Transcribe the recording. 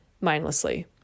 mindlessly